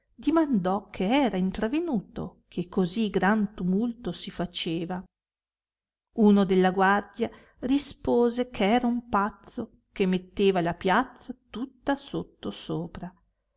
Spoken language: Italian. dimandò che era intravenuto che così gran tumulto si faceva uno della guardia rispose che era un pazzo che metteva la piazza tutta sotto